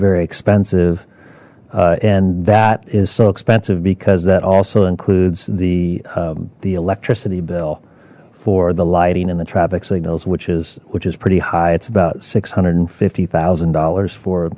very expensive and that is so expensive because that also includes the the electricity bill for the lighting and the traffic signals which is which is pretty high it's about six hundred and fifty thousand